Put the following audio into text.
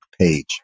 page